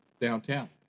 downtown